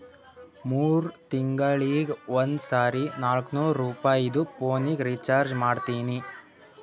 ಮೂರ್ ತಿಂಗಳಿಗ ಒಂದ್ ಸರಿ ನಾಕ್ನೂರ್ ರುಪಾಯಿದು ಪೋನಿಗ ರೀಚಾರ್ಜ್ ಮಾಡ್ತೀನಿ